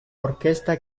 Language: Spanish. orquesta